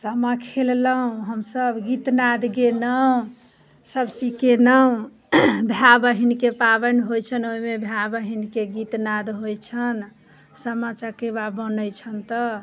सामा खेललहुॅं हमसब गीतनाद गेलहुॅं सबचीज केलहुॅं भाइ बहिन के पाबनि होइ छनि ओहिमे भाइ बहिन के गीतनाद होइ छनि सामा चकेवा बनै छनि तऽ